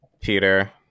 Peter